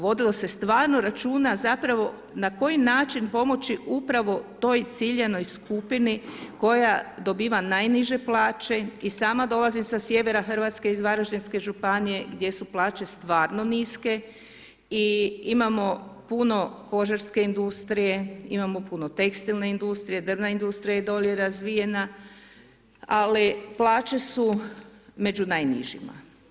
Vodilo se stvarno računa zapravo na koji način pomoći upravo toj ciljanoj skupini koja dobiva najniže plaće i sama dolazi sa sjevera RH iz Varaždinske županije gdje su plaće stvarno niske i imamo puno kožarske industrije, imamo puno tekstilne industrije, drvna industrija je dolje razvijena, ali plaće su među najnižima.